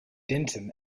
dentin